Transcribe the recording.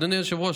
אדוני היושב-ראש,